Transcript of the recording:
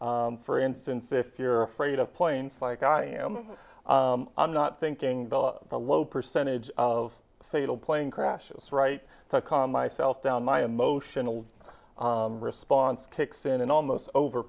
for instance if you're afraid of planes like i am not thinking a low percentage of fatal plane crashes right to calm myself down my emotional response kicks in and almost over